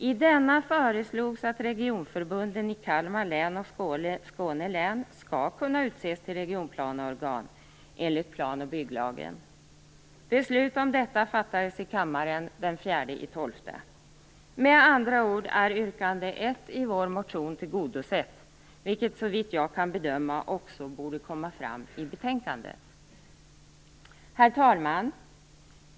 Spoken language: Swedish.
I denna föreslogs att regionförbunden i Kalmar län och Skåne län skall kunna utses till regionplaneorgan enligt plan och bygglagen. Beslut om detta fattades i kammaren den 4 december. Med andra ord är yrkande 1 i vår motion tillgodosett, vilket såvitt jag kan bedöma också borde komma fram i betänkandet. Herr talman!